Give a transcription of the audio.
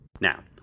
Now